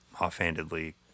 offhandedly